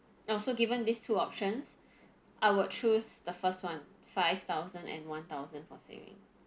oh so given these two options I would choose the first one five thousand and one thousand for savings